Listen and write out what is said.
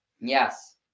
Yes